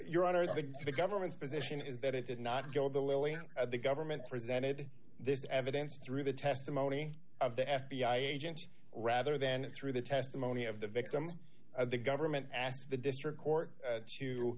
your honor the government's position is that it did not go the lily the government presented this evidence through the testimony of the f b i agent rather than through the testimony of the victims of the government asks the district court